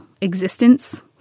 existence